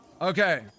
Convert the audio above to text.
Okay